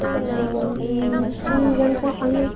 ꯆꯦꯡꯅ ꯂꯤꯁꯤꯡ ꯌꯥꯡꯈꯩ ꯐꯪꯉꯦ